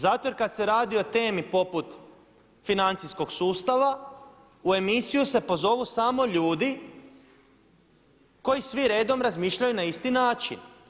Zato jer kada se radi o temi poput financijskog sustava, u emisiju se pozovu samo ljudi koji sve redom razmišljaju na isti način.